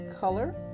color